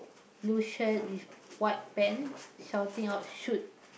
blue shirt with white pant shouting out shoot